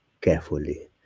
carefully